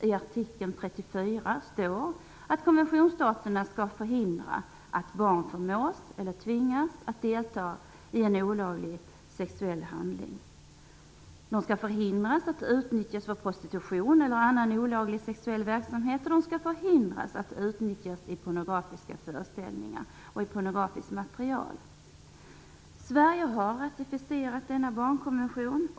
I artikel 34 står att konventionsstaterna skall förhindra: att barn förmås eller tvingas att delta i en olaglig sexuell handling, Sverige har ratificerat denna barnkonvention.